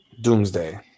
Doomsday